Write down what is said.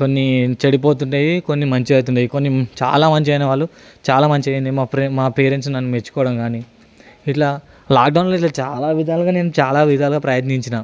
కొన్ని చెడిపోతుంటాయి కొన్ని మంచిదిగా అవుతుంటాయి కొన్ని చాలా మంచిగా అనే వాళ్ళు చాలా మంచిగా అయింది మా పేరెంట్స్ నన్ను మెచ్చుకోవడం కానీ ఇట్లా లాక్డౌన్లో ఇట్లా చాలా విధంగా నేను చాలా విధాలుగా ప్రయత్నించిన